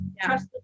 Trust